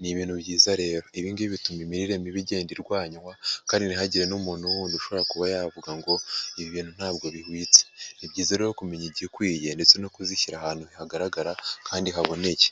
ni ibintu byiza rero, ibi ngibi bituma imirire mibi igenda irwanywa kandi ntihagire n'umuntu wundi ushobora kuba yavuga ngo ibi bintu ntabwo bihwitse, ni byiza rero kumenya igikwiye ndetse no kuzishyira ahantu hagaragara kandi haboneye.